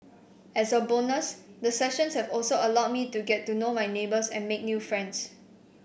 as a bonus the sessions have also allowed me to get to know my neighbours and make new friends